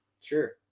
Sure